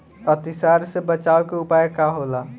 अतिसार से बचाव के उपाय का होला?